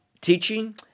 teaching